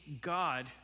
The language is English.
God